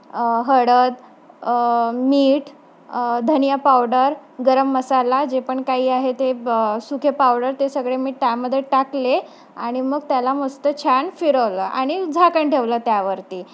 हळद मीठ धनिया पावडर गरम मसाला जे पण काही आहे ते ब सुखे पावडर ते सगळे मी त्यामध्ये टाकले आणि मग त्याला मस्त छान फिरवलं आणि झाकण ठेवलं त्यावरती